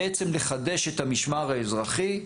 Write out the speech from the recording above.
בעצם לחדש את המשמר האזרחי,